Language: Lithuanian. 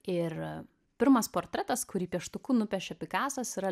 ir pirmas portretas kurį pieštuku nupiešė pikasas yra